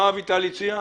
מה אביטל הציעה?